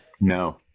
No